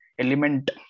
element